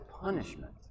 punishment